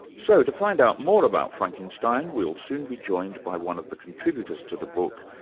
so to find out more about frankenstein, we'll soon be joined by one of the contributors to the book,